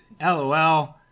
LOL